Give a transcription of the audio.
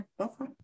Okay